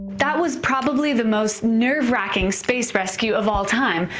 that was probably the most nerve-wracking space rescue of all time.